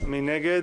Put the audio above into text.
הצבעה בעד, 5 נגד,